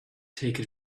take